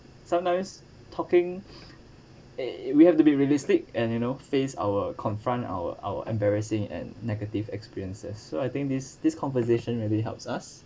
sometimes talking eh we have to be realistic and you know face our confront our our embarrassing and negative experiences so I think this this conversation really helps us